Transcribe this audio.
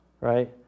Right